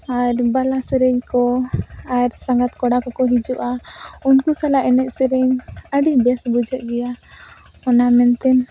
ᱟᱨ ᱵᱟᱞᱟ ᱥᱮᱨᱮᱧᱠᱚ ᱟᱨ ᱥᱟᱸᱜᱟᱛ ᱠᱚᱲᱟᱠᱚᱠᱚ ᱦᱤᱡᱩᱜᱼᱟ ᱩᱱᱠᱩ ᱥᱟᱞᱟᱜ ᱮᱱᱮᱡᱼᱥᱮᱨᱮᱧ ᱟᱹᱰᱤ ᱵᱮᱥ ᱵᱩᱡᱷᱟᱹᱜ ᱜᱮᱭᱟ ᱚᱱᱟ ᱢᱮᱱᱛᱮ